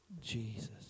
Jesus